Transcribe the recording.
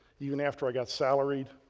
even after i got salaried.